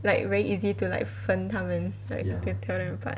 like very easy to like 分他们 like you can tell them apart paneling failure terror attack